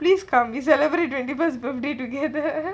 please come it's her twenty first birthday today